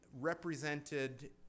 represented